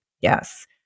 Yes